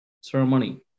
ceremony